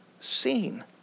seen